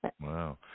Wow